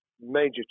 major